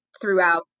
throughout